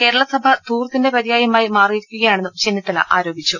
കേരളസഭ ധൂർത്തിന്റെ പര്യായമായി മാറിയിരിക്കുക യാണെന്നും ചെന്നിത്തല ആരോപിച്ചു